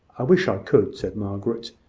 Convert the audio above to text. i wish i could, said margaret,